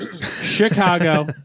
Chicago